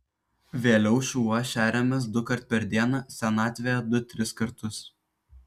vėliau šuo šeriamas dukart per dieną senatvėje du tris kartus